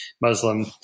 Muslim